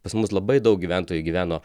pas mus labai daug gyventojų gyveno